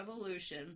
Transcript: revolution